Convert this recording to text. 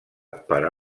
per